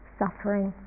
suffering